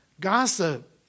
gossip